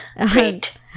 Great